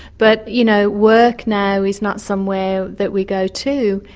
but you know work now is not somewhere that we go to,